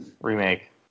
remake